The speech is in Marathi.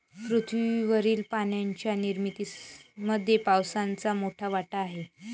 पृथ्वीवरील पाण्याच्या निर्मितीमध्ये पावसाचा मोठा वाटा आहे